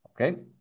Okay